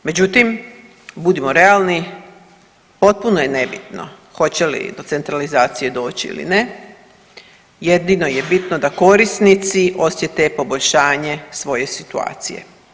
Međutim budimo realni, potpuno je nebitno hoće li do centralizacije doći ili ne, jedino je bitno da korisnici osjete poboljšanje svoje situacije.